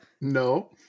No